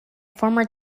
former